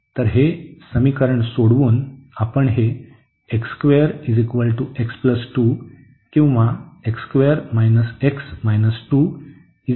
तर हे समीकरण सोडवून आपण हे x 2 किंवा 0 असे मिळवू